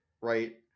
Right